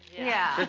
yeah.